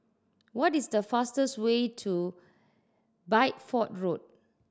what is the fastest way to Bideford Road